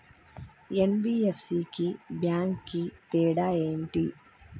NBFC కి bank కి తేడా ఏంటి?